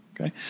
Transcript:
okay